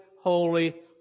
holy